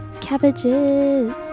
Cabbages